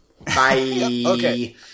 Bye